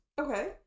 Okay